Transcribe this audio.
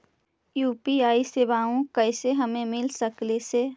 UPI सेवाएं कैसे हमें मिल सकले से?